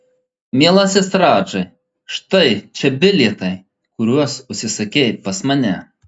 mielasis radžai štai čia bilietai kuriuos užsisakei pas mane